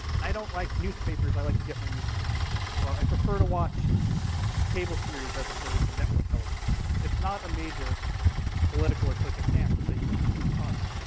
i don't like newspapers, newspapers, i like to get my news from magazines, or i prefer to watch cable series, as opposed to network television series. it's not a major political or social stance to say you don't use this product.